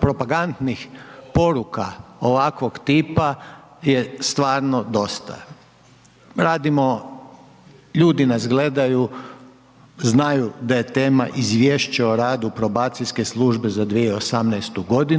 propagandnih poruka ovakvog tipa je stvarno dosta. Radimo, ljudi nas gledaju, znaju da je tema Izvješće o radu probacijske službe za 2018. g.